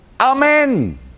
Amen